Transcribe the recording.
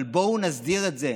אבל בואו נסדיר את זה,